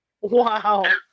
wow